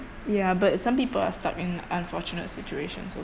ya but some people are stuck in unfortunate situation so